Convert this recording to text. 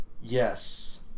Yes